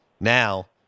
Now